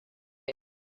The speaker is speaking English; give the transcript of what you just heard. day